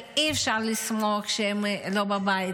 כי אי-אפשר לשמוח כשהם לא בבית.